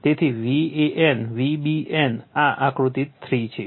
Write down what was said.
તેથી Van Vbn આ આકૃતિ 3 છે